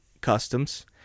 Customs